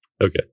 Okay